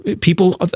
people